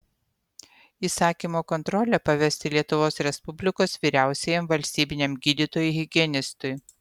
įsakymo kontrolę pavesti lietuvos respublikos vyriausiajam valstybiniam gydytojui higienistui